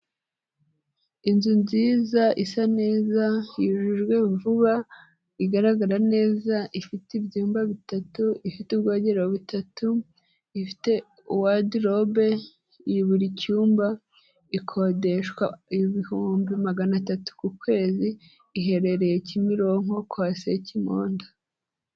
Inzu nziza, isa neza, yujujwe vuba, igaragara neza; ifite ibyumba bitatu, ifite ubwogero butatu, ifite wadirobe ya buri cyumba ikodeshwa ibihumbi magana atatu ku kwezi, iherereye Kimironko kwa Sekimondo.